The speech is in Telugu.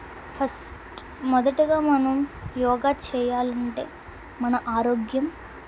ఫస్ట్ మొదటగా మనం యోగా చేయాలి అంటే మన ఆరోగ్యం